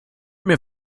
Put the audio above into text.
mir